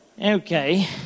Okay